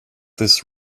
this